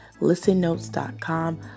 ListenNotes.com